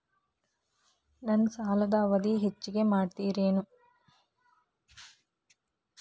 ನನ್ನ ಸಾಲದ ಅವಧಿ ಹೆಚ್ಚಿಗೆ ಮಾಡ್ತಿರೇನು?